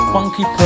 Funky